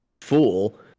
fool